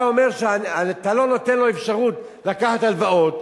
אומר שאתה לא נותן לו אפשרות לקחת הלוואות,